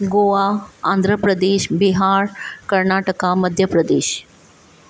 Goa Andhra Pradesh Bihar Karnataka Madhya Pradesh